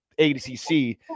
ADCC